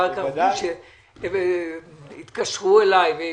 אחר כך התקשרו אליי עם